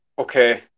okay